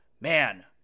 man